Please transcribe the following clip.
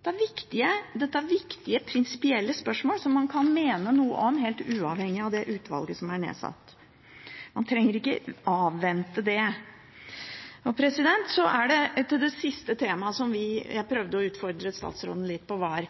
Dette er viktige prinsipielle spørsmål som man kan mene noe om helt uavhengig av det utvalget som er nedsatt. Man trenger ikke å avvente det. Så til det siste temaet som jeg prøvde å utfordre statsråden litt på, og det var: